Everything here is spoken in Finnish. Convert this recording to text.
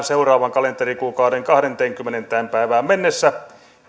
seuraavan kalenterikuukauden kahdenteenkymmenenteen päivään mennessä